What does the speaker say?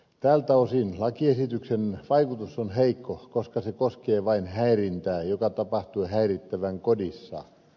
tältä osin lakiesityksen vaikutus on heikko koska se koskee vain häirintää joka tapahtuu häirittävän kodissa